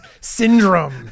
Syndrome